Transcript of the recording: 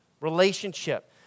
relationship